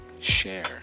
Share